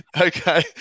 Okay